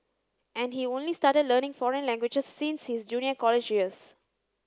and he only started learning foreign languages since his junior college years